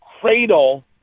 cradle